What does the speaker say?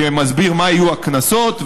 שמסביר מה יהיו הקנסות,